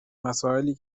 مسائلی